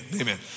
amen